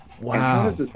Wow